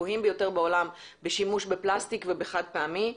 גבוהים בעולם בשימוש בפלסטיק ובכלים חד-פעמיים.